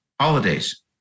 holidays